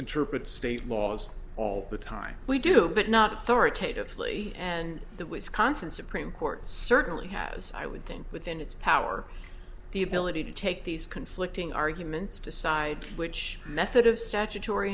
interpret state laws all the time we do but not authoritatively and the wisconsin supreme court certainly has i would think within its power the ability to take these conflicting arguments decide which method of statutory